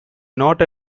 not